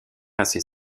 assez